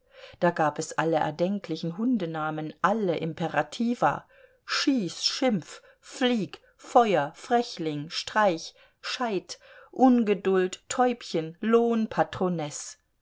da gab es alle erdenklichen hundenamen alle imperativa schieß schimpf flieg feuer frechling streich scheit ungeduld täubchen lohn patronesse